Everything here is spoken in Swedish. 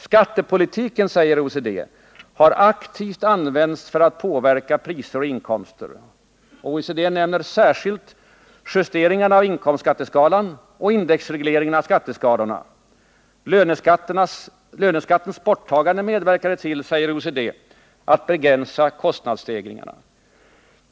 Skattepolitiken, säger OECD, har aktivt använts för att påverka priser och inkomster. OECD nämner särskilt justeringarna av inkomstskatteskalan och indexregleringarna av skatteskalorna. Löneskattens borttagande medverkade till — säger OECD -— att begränsa kostnadsstegringarna.